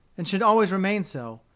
and should always remain so,